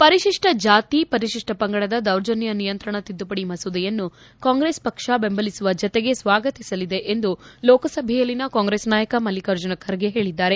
ಪರಿಶಿಷ್ಸ ಜಾತಿ ಪರಿಶಿಷ್ಸ ಪಂಗಡದ ದೌರ್ಜನ್ನ ನಿಯಂತ್ರಣ ತಿದ್ದುಪಡಿ ಮಸೂದೆಯನ್ನು ಕಾಂಗ್ರೆಸ್ ಪಕ್ಷ ಬೆಂಬಲಿಸುವ ಜೊತೆಗೆ ಸ್ವಾಗತಿಸಲಿದೆ ಎಂದು ಲೋಕಸಭೆಯಲ್ಲಿನ ಕಾಂಗ್ರೆಸ್ ನಾಯಕ ಮಲ್ಲಿಕಾರ್ಜುನ ಖರ್ಗೆ ಹೇಳಿದ್ದಾರೆ